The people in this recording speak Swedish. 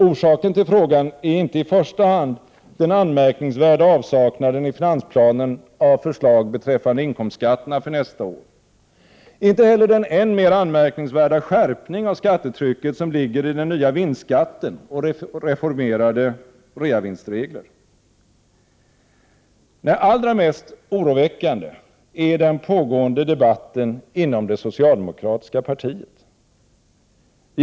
Orsaken till frågan är inte i första hand den anmärkningsvärda avsaknaden i finansplanen av förslag beträffande inkomstskatterna för nästa år. Orsaken är inte heller den än mer anmärkningsvärda skärpning av skattetrycket som ligger i den nya vinstskatten och i reformerade reavinstregler. Nej, allra mest oroväckande är den pågående debatten inom det socialdemokratiska partiet.